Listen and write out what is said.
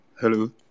Hello